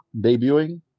debuting